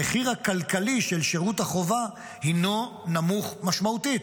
המחיר הכלכלי של שירות החובה הינו נמוך משמעותית.